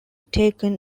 taken